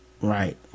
Right